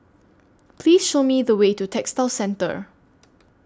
Please Show Me The Way to Textile Centre